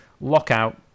lockout